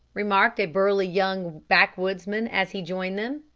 remarked a burly young backwoodsman, as he joined them.